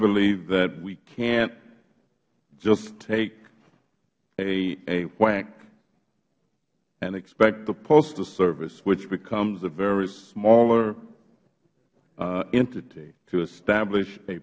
believe that we cant just take a whack and expect the postal service which becomes a very smaller entity to establish a